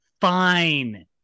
fine